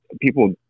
people